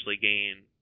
gain